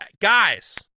guys